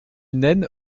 nène